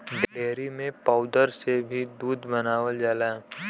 dairy में powder से भी दूध बनावल जाला